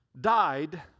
died